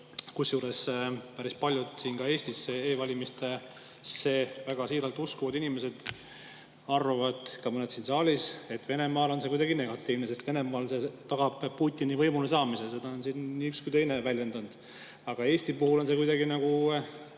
Kusjuures päris paljud Eestis e‑valimistesse väga siiralt uskuvad inimesed arvavad, ka mõned siin saalis, et Venemaal on see kuidagi negatiivne, sest Venemaal see tagab Putini võimule saamise, seda on siin nii üks kui teine väljendanud, aga Eestis on see kuidagi nagu